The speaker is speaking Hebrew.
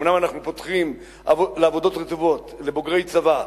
אומנם אנחנו פותחים היום קורסים לעבודות רטובות לבוגרי צבא,